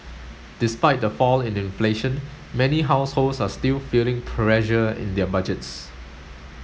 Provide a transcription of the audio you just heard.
despite the fall in inflation many households are still feeling pressure in their budgets